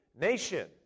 nation